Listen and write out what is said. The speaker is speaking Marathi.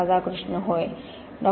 राधाकृष्ण होय डॉ